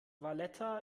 valletta